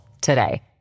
today